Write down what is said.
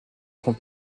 grand